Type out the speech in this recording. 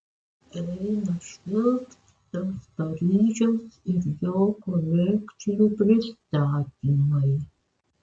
eina švilpt tas paryžius ir jo kolekcijų pristatymai